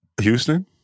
Houston